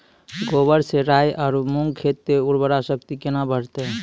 गोबर से राई आरु मूंग खेत के उर्वरा शक्ति केना बढते?